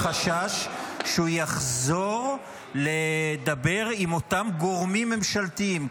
חשש שהוא יחזור לדבר עם אותם גורמים ממשלתיים,